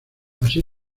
así